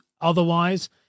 otherwise